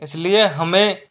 इसलिए हमें